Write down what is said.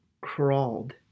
crawled